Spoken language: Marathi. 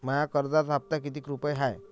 माया कर्जाचा हप्ता कितीक रुपये हाय?